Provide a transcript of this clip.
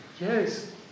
Yes